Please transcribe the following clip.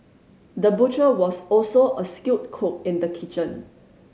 the butcher was also a skilled cook in the kitchen